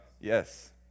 Yes